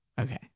Okay